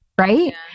Right